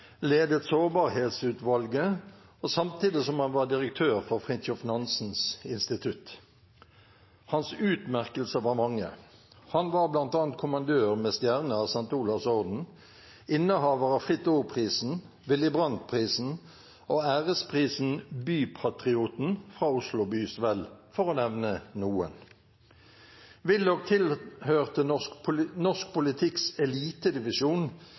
ledet sårbarhetsutvalget og var samtidig direktør for Fridtjof Nansens Institutt. Hans utmerkelser var mange. Han var bl.a. kommandør med stjerne av St. Olavs Orden, innehaver av Fritt Ords Pris, Willy Brandt-prisen og æresprisen Bypatrioten fra Oslo Byes Vel, for å nevne noen. Willoch tilhørte norsk politikks elitedivisjon